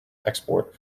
export